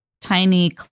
tiny